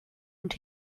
und